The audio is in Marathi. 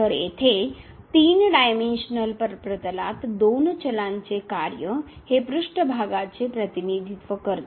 तर येथे 3 डायमेनशनल प्रतलात दोन चलांचे कार्य हे पृष्ठभागाचे प्रतिनिधित्व करते